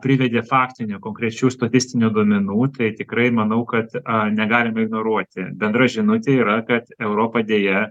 privedė faktinių konkrečių statistinių duomenų tai tikrai manau kad a negalime ignoruoti bendra žinutė yra kad europa deja